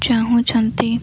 ଚାହୁଁଛନ୍ତି